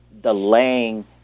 delaying